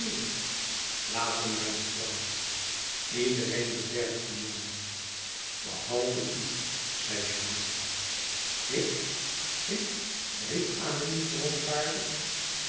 laat hem maar mevrouw iedereen bederft dien jongen behalve u zei jules ik ik riep amélie verontwaardigd